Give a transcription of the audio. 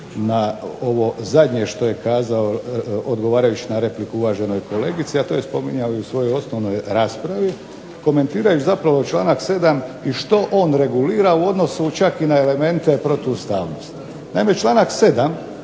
na ovo zadnje što je kazao odgovarajući na repliku uvaženoj kolegici, a to je spominjao i u svojoj osobnoj raspravi komentirajući zapravo članak 7. i što on regulira u odnosu čak i na elemente protuustavnosti. Naime, članak 7.